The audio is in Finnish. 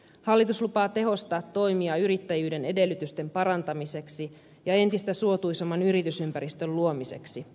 hallitus lupaa tehostaa toimia yrittäjyyden edellytysten parantamiseksi ja entistä suotuisamman yritysympäristön luomiseksi